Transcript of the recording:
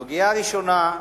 הסוגיה הראשונה,